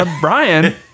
Brian